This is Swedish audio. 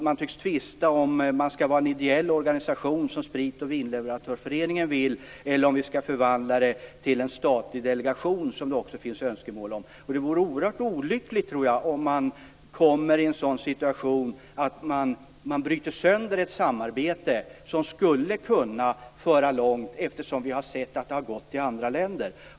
Man tycks tvista om det skall vara en ideell organisation, som Sprit och vinleverantörföreningen vill, eller om vi skall förvandla det till en statlig delegation, som det också finns önskemål om. Det vore olyckligt om vi kom i en sådan situation att man bryter sönder ett samarbete som skulle kunna föra långt. Vi har ju sett att det har gått i andra länder.